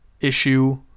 issue